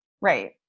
Right